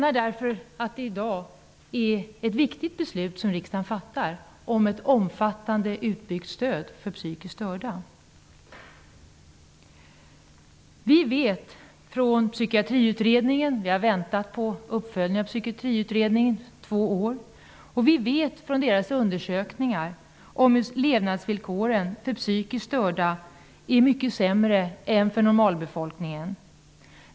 Därför är det i dag ett viktigt beslut som riksdagen skall fatta om ett omfattande utbyggt stöd för psykiskt störda. Vi vet från Psykiatriutredningens undersökningar -- vi har i två år väntat på uppföljningen av Psykiatriutredningen -- att levnadsvillkoren för psykiskt störda är mycket sämre än för normalbefolkningen.